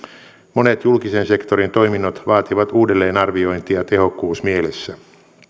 monet julkisen sektorin toiminnot vaativat uudelleenarviointia tehokkuusmielessä